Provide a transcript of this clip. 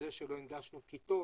שלא הנגשנו כיתות,